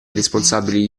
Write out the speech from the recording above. responsabili